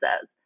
says